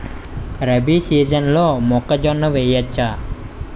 రబీ సీజన్లో మొక్కజొన్న వెయ్యచ్చా?